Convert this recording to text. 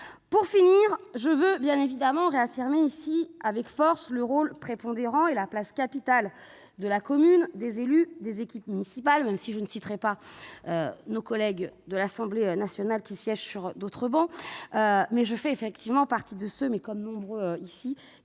plus de jus ... Je veux réaffirmer ici avec force le rôle prépondérant et la place capitale de la commune, des élus, des équipes municipales. Je ne citerai pas nos collègues de l'Assemblée nationale qui siègent sur d'autres bancs, mais, je le dis, je fais partie de ceux- nous sommes nombreux ici